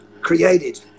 created